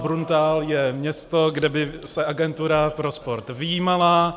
Bruntál je město, kde by se agentura pro sport vyjímala.